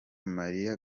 marie